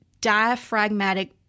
diaphragmatic